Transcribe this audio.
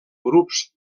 grups